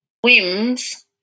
whims